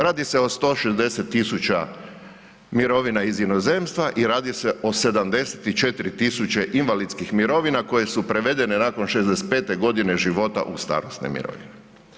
Radi se o 160.000 mirovina iz inozemstva i radi se o 64.000 invalidskih mirovina koje su prevedene nakon 65. godine života u starosne mirovine.